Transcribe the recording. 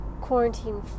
quarantine